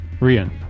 Rian